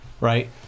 right